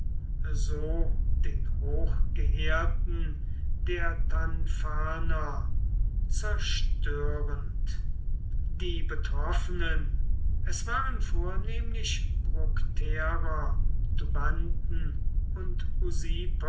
so den hochgeehrten der tanfana zerstörend die betroffenen es waren vornehmlich bructerer tubanten und